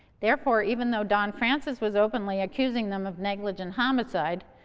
therefore, even though don francis was openly accusing them of negligent homicide,